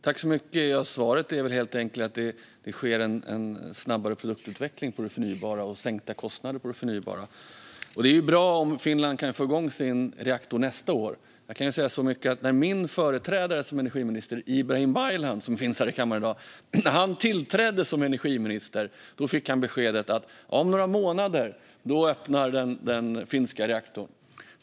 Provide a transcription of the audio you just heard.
Fru talman! Svaret är helt enkelt att det sker en snabbare produktutveckling för det förnybara och att det har sänkta kostnader. Det bra om Finland kan få igång sin reaktor nästa år. Jag kan säga så mycket som att när min företrädare som energiminister, Ibrahim Baylan, som finns här i kammaren i dag, tillträdde fick han beskedet att om några månader öppnar den finska reaktorn.